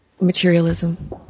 materialism